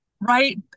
Right